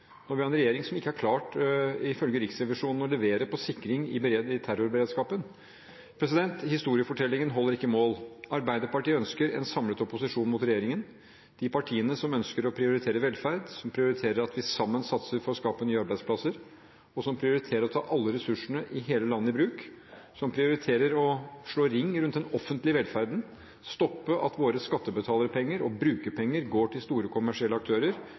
når vi har en regjering som, ifølge Riksrevisjonen, ikke har klart å levere på sikring i terrorberedskapen. Historiefortellingen holder ikke mål. Arbeiderpartiet ønsker en samlet opposisjon mot regjeringen. De partiene som ønsker å prioritere velferd – som prioriterer at vi sammen satser for å skape nye arbeidsplasser, som prioriterer å ta alle ressursene i hele landet i bruk, som prioriterer å slå ring rundt den offentlige velferden, stoppe at våre skattebetalerpenger og brukerpenger går til store kommersielle aktører